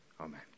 Amen